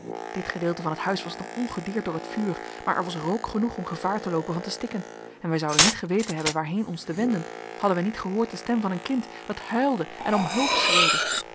dit gedeelte van t huis was nog ongedeerd door het vuur maar er was rook genoeg om gevaar te loopen van te stikken en wij zouden niet geweten hebben waarheen ons te wenden hadden wij niet gehoord de stem van een kind dat huilde en om hulp schreeuwde